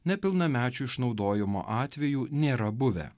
nepilnamečių išnaudojimo atvejų nėra buvę